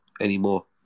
anymore